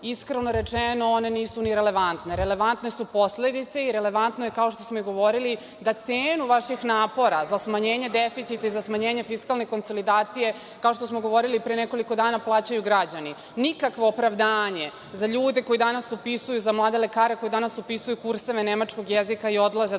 Iskreno rečeno, one nisu ni relevantne. Relevantne su posledice i relevantno je, kao što smo i govorili, da cenu vaših napora za smanjenje deficita i za smanjenje fiskalne konsolidacije, kao što smo govorili pre nekoliko dana, plaćaju građani. Nikakvo opravdanje za ljude koji danas upisuju, za mlade lekare koji danas upisuju kurseve nemačkog jezika i odlaze